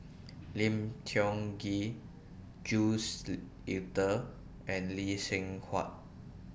Lim Tiong Ghee Jules Itier and Lee Seng Huat